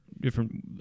different